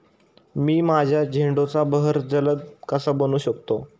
मी माझ्या झेंडूचा बहर जलद कसा बनवू शकतो?